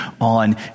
on